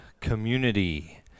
community